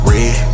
Red